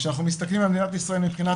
כשאנחנו מסתכלים על מדינת ישראל מבחינת